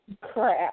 crap